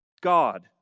God